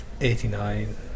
eighty-nine